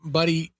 Buddy